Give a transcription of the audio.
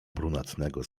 brunatnego